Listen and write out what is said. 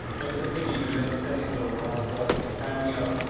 it's a pity you didn't say so, master. hand me out,